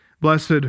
blessed